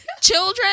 children